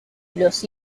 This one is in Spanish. los